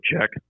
check